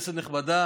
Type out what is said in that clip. כנסת נכבדה,